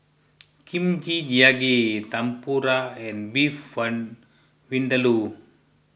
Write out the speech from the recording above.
Kimchi Jjigae Tempura and Beef Vindaloo